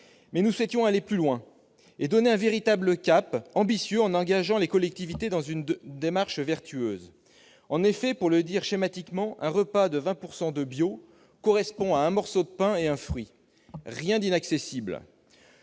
Mais nous souhaitions aller plus loin et fixer un cap ambitieux, en engageant les collectivités dans une démarche vertueuse. En effet, pour le dire schématiquement, 20 % de produits bio dans un repas, cela correspond à un morceau de pain et à un fruit : rien d'inaccessible